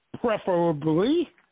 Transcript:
preferably